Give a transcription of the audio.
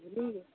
बुझलिए